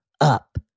up